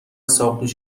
ساقدوش